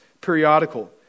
Periodical